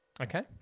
Okay